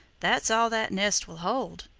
that's all that nest will hold.